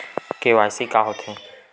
KYC का होथे?